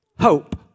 Hope